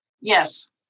Yes